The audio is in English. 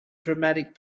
dramatic